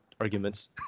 arguments